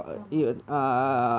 ஆமா:aamaa